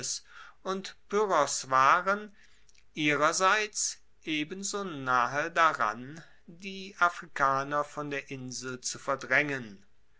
und pyrrhos waren ihrerseits ebenso nahe daran die afrikaner von der insel zu verdraengen